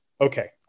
Okay